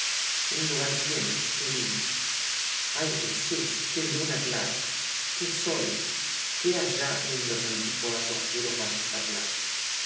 un lunar tienes qué lindo ay jesús qué luna clara qué sol que allá en los antípodas escuros valles aclara